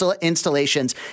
installations